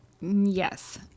Yes